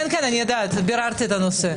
אני יודעת, ביררתי את הנושא.